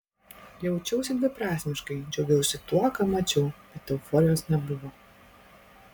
jaučiausi dviprasmiškai džiaugiausi tuo ką mačiau bet euforijos nebuvo